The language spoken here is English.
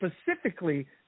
specifically